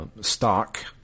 Stock